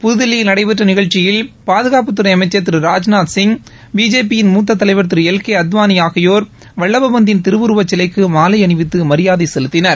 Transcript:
புதுதில்லியில் நடைபெற்ற நிகழ்ச்சியில் பாதுகாப்புத்துறை அமைச்சர் திரு ராஜ்நாத்சிங் பிஜேபி யின் மூத்த தலைவர் திரு எல் கே அத்வானி ஆகியோர் வல்லப்பந்தின் திருவுருவச் சிலைக்கு மாலை அணிவித்து மரியாதை செலுத்தினர்